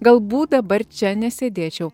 galbūt dabar čia nesėdėčiau